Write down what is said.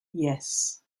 yes